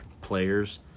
players